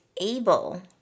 able